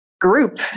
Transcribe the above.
group